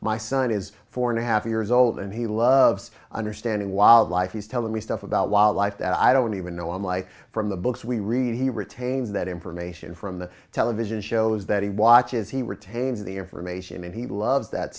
my son is four and a half years old and he loves understanding wildlife is telling me stuff about wildlife that i don't even know i'm like from the books we read he retains that information from the television shows that he watches he retains the information and he loves that